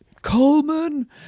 Coleman